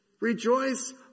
rejoice